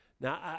Now